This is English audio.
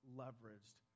leveraged